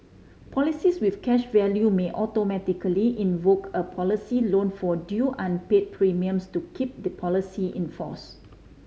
policies with cash value may automatically invoke a policy loan for due unpay premiums to keep the policy in force